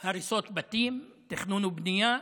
הריסות בתים, תכנון ובנייה,